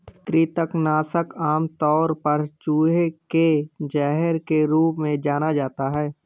कृंतक नाशक आमतौर पर चूहे के जहर के रूप में जाना जाता है